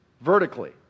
Vertically